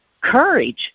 Courage